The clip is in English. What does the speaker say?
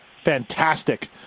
fantastic